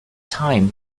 time